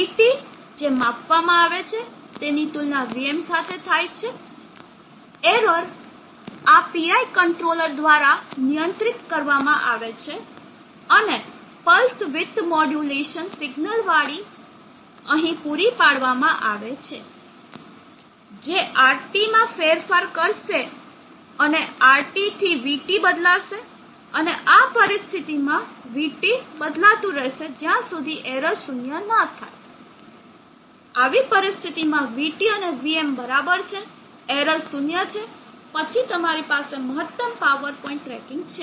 vT જે માપવામાં આવે છે તેની તુલના vm સાથે થાય છે એરર આ PI કંટ્રોલર દ્વારા નિયંત્રિત કરવામાં આવે છે અને પલ્સ વિડ્થ મોડ્યુલેશન સિગ્નલવાળી અહીં પૂરી પાડવામાં આવે છે જે RT માં ફેરફાર કરશે અને RT થી vT બદલાશે અને આ પરિસ્થિતિમાં vT બદલાતું રહેશે જ્યાં સુધી એરર શૂન્ય ન થાય આવી પરિસ્થિતિઓમાં vT અને vm ની બરાબર છે એરર શૂન્ય છે પછી તમારી પાસે મહત્તમ પાવર પોઇન્ટ ટ્રેકિંગ છે